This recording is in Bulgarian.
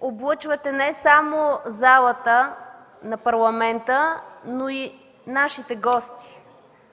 облъчвате не само залата на Парламента, но и нашите гости